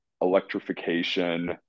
electrification